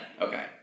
Okay